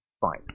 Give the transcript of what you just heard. Fine